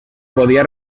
podia